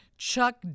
Chuck